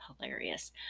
hilarious